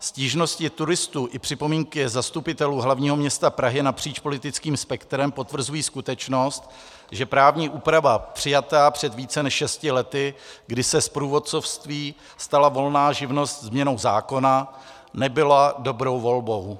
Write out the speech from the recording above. Stížnosti turistů i připomínky zastupitelů hlavního města Prahy napříč politickým spektrem potvrzují skutečnost, že právní úprava přijatá před více než šesti lety, kdy se z průvodcovství stala volná živnost změnou zákona, nebyla dobrou volbou.